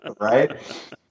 right